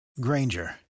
Granger